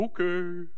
Okay